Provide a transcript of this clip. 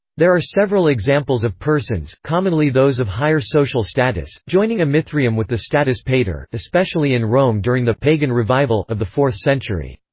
there are several examples of persons, commonly those of higher social status, joining a mithraeum with the status pater especially in rome during the pagan revival of the fourth century.